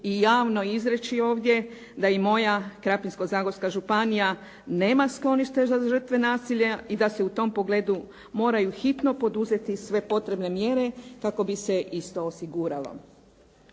i javno izreći ovdje da i moja Krapinsko-zagorska županija nema sklonište za žrtve nasilja i da se u tom pogledu moraju hitno poduzeti sve potrebne mjere kako bi se isto osiguralo.